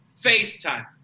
FaceTime